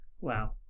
Wow